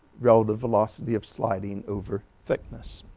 relative velocity of sliding over thickness